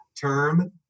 term